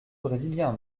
brésilien